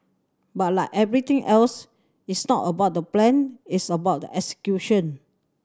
but like everything else it's not about the plan it's about the execution